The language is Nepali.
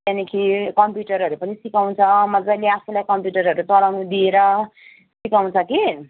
त्यहाँदेखि कम्प्युटरहरू पनि सिकाउँछ मजाले आफूलाई कम्प्युटरहरू चलाउनु दिएर सिकाउँछ कि